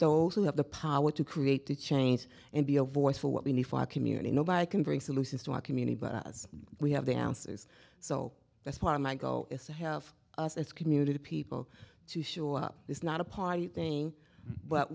those who have the power to create to change and be a voice for what we need five community nobody can bring solutions to our community but as we have the answers so that's part of my goal is to have us as community people to show up it's not a party thing but